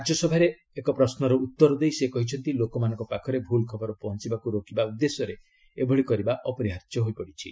ରାଜ୍ୟସଭାରେ ଏକ ପଶ୍ୱର ଉତ୍ତର ଦେଇ ସେ କହିଛନ୍ତି ଲୋକମାନଙ୍କ ପାଖରେ ଭୁଲ୍ ଖବର ପହଞ୍ଚିବାକ୍ ରୋକିବା ଉଦ୍ଦେଶ୍ୟରେ ଏଭଳି କରିବା ଅପରିହାର୍ଯ୍ୟ ହୋଇପଡ଼ିଛି